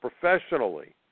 professionally